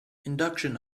induction